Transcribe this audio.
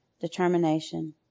determination